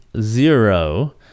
zero